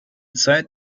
zeit